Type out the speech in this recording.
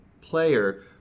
player